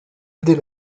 dès